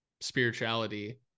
spirituality